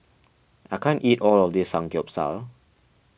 I can't eat all of this Samgyeopsal